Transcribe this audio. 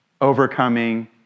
overcoming